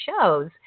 shows